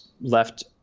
left